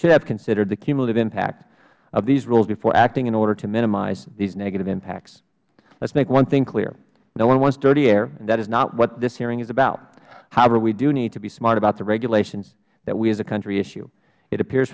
should have considered the cumulative impact of these rules before acting in order to minimize these negative impacts let's make one thing clear no one wants dirty air that is not what this hearing is about however we do need to be smart about the regulations that we as a country issue it appears